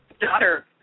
Daughter